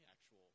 actual